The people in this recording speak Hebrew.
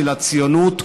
של הציונות.